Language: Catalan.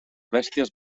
bèsties